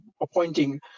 appointing